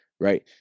right